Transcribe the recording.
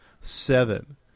seven